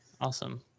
Awesome